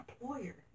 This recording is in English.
employer